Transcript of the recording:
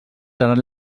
seran